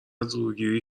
زورگیری